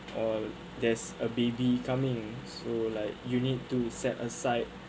or there's a baby coming so like you need to set aside